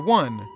one